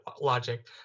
logic